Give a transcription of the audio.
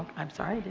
i'm sorry.